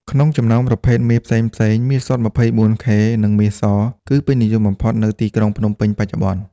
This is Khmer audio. ក្នុងចំណោមប្រភេទមាសផ្សេងៗ មាសសុទ្ធ ២៤ ខេ និងមាសស គឺពេញនិយមបំផុតនៅទីក្រុងភ្នំពេញបច្ចុប្បន្ន។